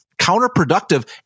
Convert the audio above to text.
counterproductive